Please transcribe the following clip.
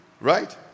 right